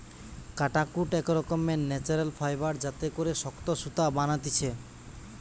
কাটাকুট এক রকমের ন্যাচারাল ফাইবার যাতে করে শক্ত সুতা বানাতিছে